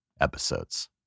episodes